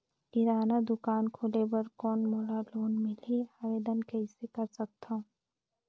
किराना दुकान खोले बर कौन मोला लोन मिलही? आवेदन कइसे कर सकथव?